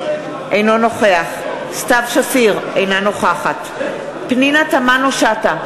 אינו נוכח סתיו שפיר, אינה נוכחת פנינה תמנו-שטה,